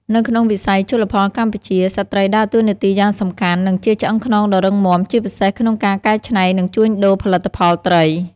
នៅក្នុងវិស័យជលផលកម្ពុជា ស្ត្រីដើរតួនាទីយ៉ាងសំខាន់ និងជាឆ្អឹងខ្នងដ៏រឹងមាំ ជាពិសេសក្នុងការកែច្នៃ និងជួញដូរផលិតផលត្រី។